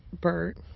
Bert